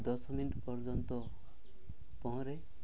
ଦଶ ମିନିଟ୍ ପର୍ଯ୍ୟନ୍ତ ପହଁରେ